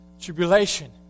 Tribulation